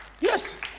Yes